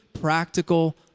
practical